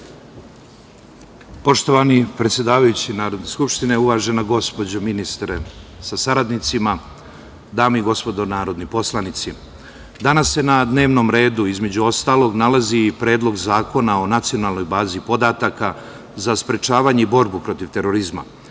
Poštovani predsedavajući Narodne skupštine, uvažena gospođa ministre sa saradnicima, dame i gospodo narodni poslanici, danas se na dnevnom redu, između ostalog, nalazi i Predlog zakona o nacionalnoj bazi podataka za sprečavanje i borbu protiv terorizma,